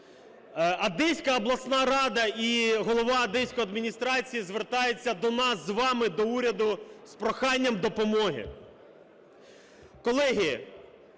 Одеська обласна рада і голова одеської адміністрації звертається до нас з вами, до уряду з проханням допомоги.